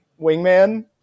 wingman